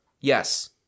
yes